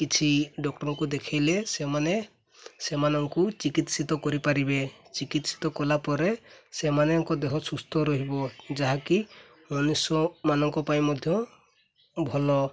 କିଛି ଡକ୍ଟରଙ୍କୁ ଦେଖାଇଲେ ସେମାନେ ସେମାନଙ୍କୁ ଚିକିତ୍ସିତ କରିପାରିବେ ଚିକିତ୍ସିତ କଲାପରେ ସେମାନଙ୍କ ଦେହ ସୁସ୍ଥ ରହିବ ଯାହାକି ମନୁଷ୍ୟମାନଙ୍କ ପାଇଁ ମଧ୍ୟ ଭଲ